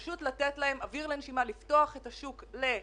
אוויר לנשימה, לפתוח את השוק לתחרות,